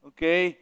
Okay